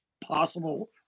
possible